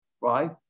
right